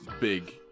big